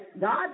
God